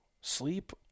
Sleep